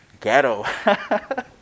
ghetto